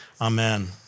Amen